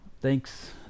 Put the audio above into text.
thanks